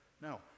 Now